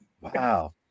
Wow